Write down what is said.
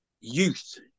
youth